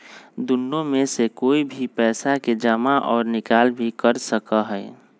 दुन्नो में से कोई भी पैसा के जमा और निकाल भी कर सका हई